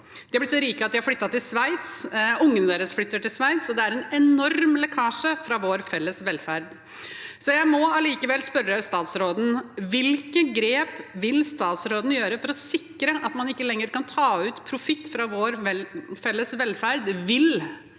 De har blitt så rike at de har flyttet til Sveits – barna deres flytter også til Sveits – og det er en enorm lekkasje fra vår felles velferd. Så jeg må spørre statsråden: Hvilke grep vil statsråden ta for å sikre at man ikke lenger skal kunne ta ut profitt fra vår felles velferd? Vil